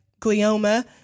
glioma